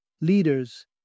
Leaders